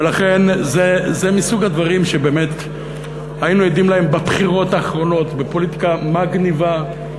זה מסוג הדברים שהיינו עדים להם בבחירות האחרונות בפוליטיקה "מגניבה",